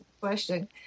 question